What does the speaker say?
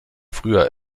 früher